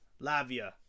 Lavia